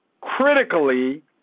critically